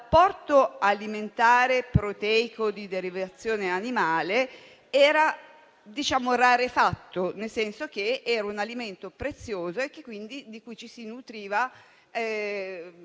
l'apporto alimentare proteico di derivazione animale era rarefatto, nel senso che era un alimento prezioso di cui ci si nutriva con